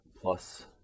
plus